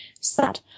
sad